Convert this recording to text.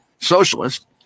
socialist